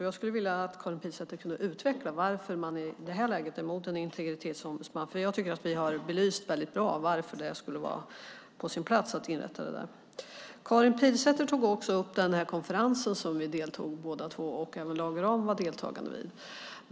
Jag skulle vilja att Karin Pilsäter utvecklade varför man i det här läget är emot en integritetsombudsman, för jag tycker att vi har belyst väldigt bra varför det skulle vara på sin plats att inrätta en sådan. Karin Pilsäter tog också upp den konferens som vi båda deltog i - även Lage Rahm deltog.